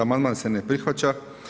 Amandman se ne prihvaća.